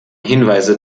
hinweise